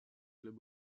clubs